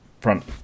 front